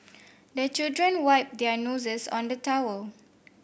the children wipe their noses on the towel